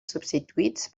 substituïts